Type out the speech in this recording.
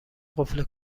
قفل